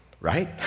right